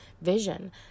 vision